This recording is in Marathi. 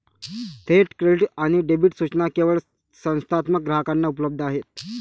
थेट क्रेडिट आणि डेबिट सूचना केवळ संस्थात्मक ग्राहकांना उपलब्ध आहेत